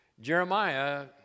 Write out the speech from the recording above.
Jeremiah